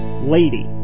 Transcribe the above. lady